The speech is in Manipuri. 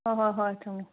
ꯍꯣꯏ ꯍꯣꯏ ꯍꯣꯏ ꯊꯝꯃꯨ